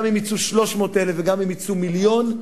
גם אם יצאו 300,000 וגם אם יצאו מיליון,